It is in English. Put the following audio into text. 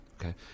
Okay